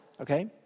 okay